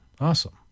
Awesome